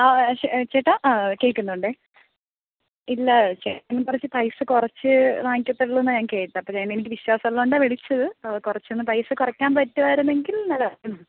ആ ആ ചേട്ടാ ആ കേൾക്കുന്നുണ്ട് ഇല്ല ചേട്ടന് കുറച്ച് പൈസ കുറച്ച് വാങ്ങിക്കത്തൊള്ളൂന്നാണ് ഞാൻ കേട്ടത് അപ്പം ഞാൻ എനിക്ക് വിശ്വാസമുള്ളോണ്ടാണ് വിളിച്ചത് കുറച്ചൊന്ന് പൈസ കുറക്കാൻ പാറ്റുമായിരുന്നെങ്കിൽ നല്ലതായിരുന്നു